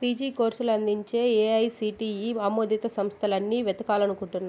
PG కోర్సులు అందించే AICTE ఆమోదిత సంస్థలన్నీ వెతకాలి అనుకుంటున్నాను